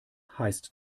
heißt